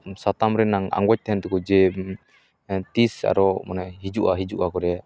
ᱥᱟᱛᱟᱢ ᱨᱮᱱᱟᱜ ᱟᱸᱜᱚᱪ ᱛᱟᱦᱮᱱ ᱛᱟᱠᱚ ᱡᱮ ᱛᱤᱥ ᱟᱨᱚ ᱢᱟᱱᱮ ᱦᱤᱡᱩᱜᱼᱟ ᱦᱤᱡᱩᱜᱼᱟ ᱠᱚᱨᱮ